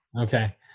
Okay